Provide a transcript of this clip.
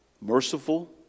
merciful